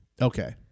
Okay